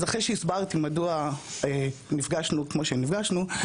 אז אחרי שהסברתי מדוע נפגשנו כמו שנפגשנו,